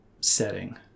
setting